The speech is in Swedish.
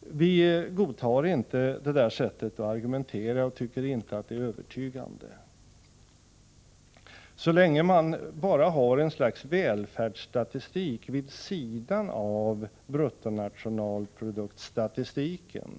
Vi godtar inte det sättet att argumentera och tycker inte att det är övertygande. Så länge man bara har ett slags välfärdsstatistik vid sidan av bruttonationalproduktsstatistiken